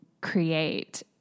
create